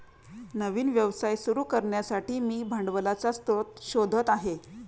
नवीन व्यवसाय सुरू करण्यासाठी मी भांडवलाचा स्रोत शोधत आहे